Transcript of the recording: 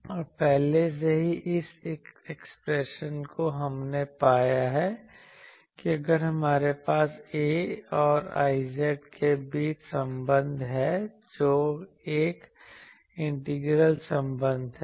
और पहले से ही इस एक्सप्रेशन को हमने पाया है कि अगर हमारे पास A और Iz के बीच संबंध है जो एक इंटीग्रल संबंध है